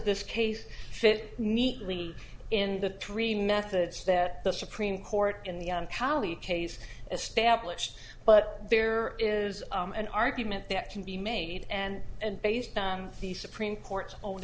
this case fit neatly in the three methods that the supreme court in the holly case established but there is an argument that can be made and and based on the supreme court's own